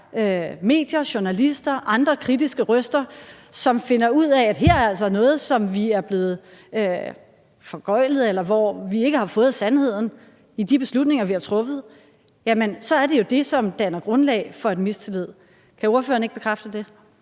medier, journalister og andre kritiske røster, som finder ud af, at der her altså er noget, som man er blevet foregøglet, eller hvor man ikke har fået sandheden i forhold til de beslutninger, man har truffet, jamen så er det jo det, som danner grundlag for en mistillid. Kan ordføreren ikke bekræfte det?